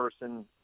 person